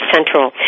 Central